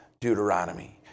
Deuteronomy